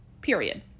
period